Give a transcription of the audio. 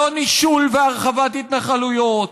לא נישול והרחבת התנחלויות,